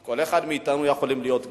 כל אחד מאתנו יכול להיות גאה,